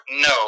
No